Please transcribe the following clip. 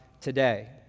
today